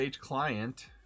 client